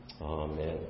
Amen